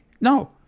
no